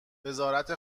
وزارت